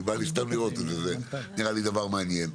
זה נראה לי דבר מעניין,